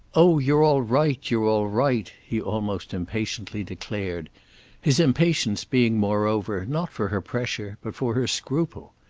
oh, you're all right, you're all right, he almost impatiently declared his impatience being moreover not for her pressure, but for her scruple.